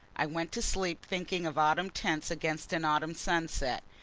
i went to sleep thinking of autumn tints against an autumn sunset.